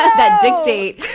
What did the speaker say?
that dictate,